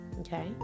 okay